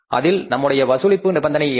அதில் நம்முடைய வசூலிப்பு நிபந்தனைகள் என்ன